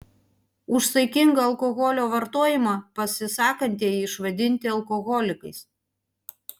už saikingą alkoholio vartojimą pasisakantieji išvadinti alkoholikais